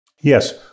Yes